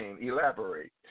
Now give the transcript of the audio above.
Elaborate